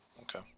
Okay